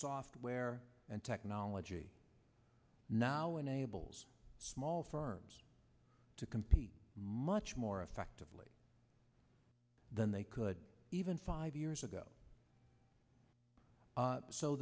software and technology now enables small firms to compete much more effectively than they could even five years ago